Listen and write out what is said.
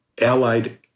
allied